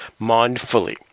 mindfully